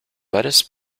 lettuce